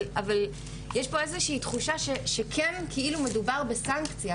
אבל יש כאן איזושהי תחושה שכאילו מדובר בסנקציה,